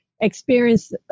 experience